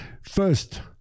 First